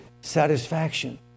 satisfaction